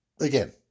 Again